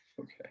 okay